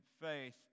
faith